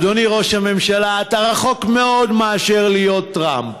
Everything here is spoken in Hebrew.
אדוני, ראש הממשלה, אתה רחוק מאוד מלהיות טראמפ.